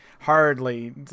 hardly